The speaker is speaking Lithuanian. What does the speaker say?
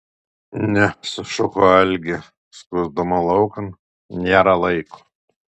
ne sušuko algė skuosdama laukan nėra laiko